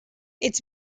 its